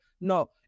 No